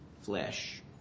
flesh